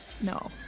No